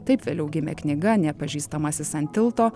taip vėliau gimė knyga nepažįstamasis ant tilto